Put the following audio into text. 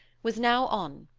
was now on,